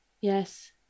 yes